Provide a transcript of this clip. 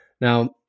Now